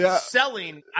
selling